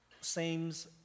seems